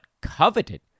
coveted